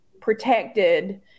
protected